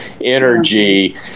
energy